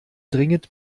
dringend